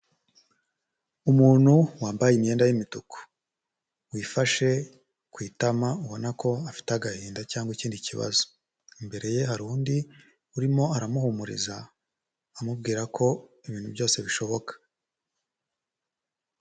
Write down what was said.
Umuntu wambaye imyenda y'imituku, wifashe ku itama ubona ko afite agahinda cyangwa ikindi kibazo, imbere ye hari undi urimo aramuhumuriza, amubwira ko ibintu byose bishoboka.